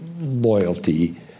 loyalty